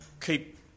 keep